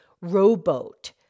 rowboat